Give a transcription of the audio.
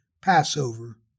Passover